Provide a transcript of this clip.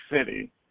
City